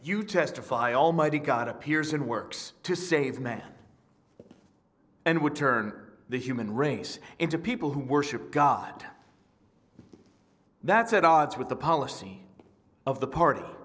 you testify almighty god appears and works to save man and would turn the human race into people who worship god that's at odds with the policy of the party